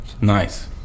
Nice